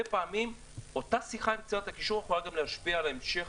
פעמים אותה שיחה עם קצינת הקישור יכולה להשפיע על המשך